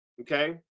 okay